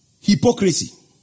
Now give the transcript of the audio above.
hypocrisy